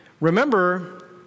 remember